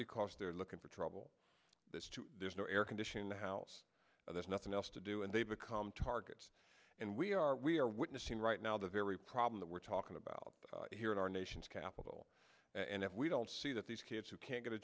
because they're looking for trouble there's no air conditioning the house there's nothing else to do and they've become targets and we are we are witnessing right now the very problem that we're talking about here in our nation's capital and if we don't see that these kids who can't get a